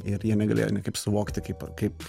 ir jie negalėjo niekaip suvokti kaip kaip